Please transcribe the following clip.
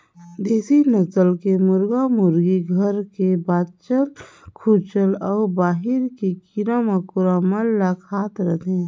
देसी नसल के मुरगा मुरगी घर के बाँचल खूंचल अउ बाहिर के कीरा मकोड़ा मन ल खात रथे